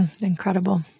Incredible